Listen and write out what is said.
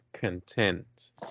content